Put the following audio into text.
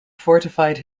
fortified